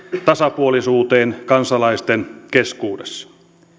tasapuolisuuteen kansalaisten keskuudessa